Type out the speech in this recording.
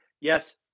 Yes